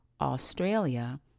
Australia